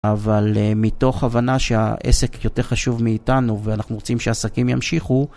אבל מתוך הבנה שהעסק יותר חשוב מאיתנו ואנחנו רוצים שהעסקים ימשיכו